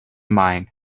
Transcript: mind